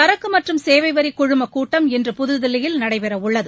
சரக்கு மற்றும் சேவை வரி குழுமக் கூட்டம் இன்று புதுதில்லியில் நடைபெறவுள்ளது